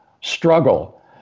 struggle